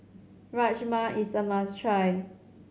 Rajma is a must try